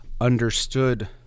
understood